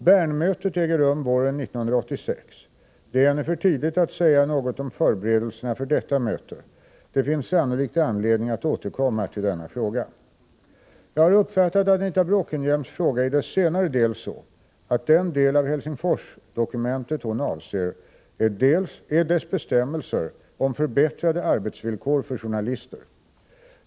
Bernmötet äger rum våren 1986. Det är ännu för tidigt att säga något om förberedelserna för detta möte. Det finns sannolikt anledning återkomma till denna fråga. Jag har uppfattat Anita Bråkenhielms fråga i dess senare del så, att den del av Helsingforsdokumentet hon avser är dess bestämmelser om förbättrade arbetsvillkor för journalister.